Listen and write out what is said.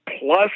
plus